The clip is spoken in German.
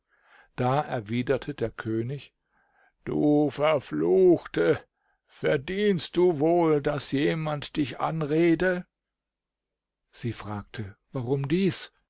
da erwiderte der könig du verfluchte verdienst du wohl daß jemand dich anrede sie fragte warum dies